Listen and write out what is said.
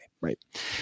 Right